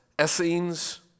Essenes